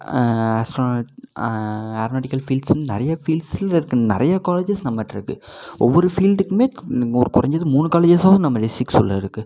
astronaut aeronautical ஃபீல்ட்ஸுன்னு நிறைய ஃபீல்ட்ஸில் இருக்குது நிறைய காலேஜஸ் நம்மகிட்டருக்கு ஒவ்வொரு ஃபீல்டுக்குமே இங்கே ஒரு குறைஞ்சது மூணு காலேஜஸ் ஆவது நம்ம டிஸ்டிக்ஸ் உள்ளே இருக்குது